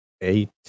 eight